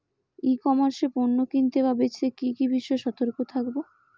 ই commerce এ পণ্য কিনতে বা বেচতে কি বিষয়ে সতর্ক থাকব?